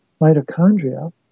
mitochondria